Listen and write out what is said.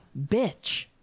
bitch